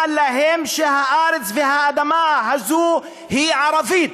להם שהארץ והאדמה הזאת היא ערבית,